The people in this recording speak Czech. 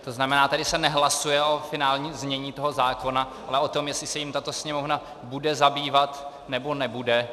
To znamená, tady se nehlasuje o finálním znění toho zákona, ale o tom, jestli se jím tato Sněmovna bude zabývat, nebo nebude.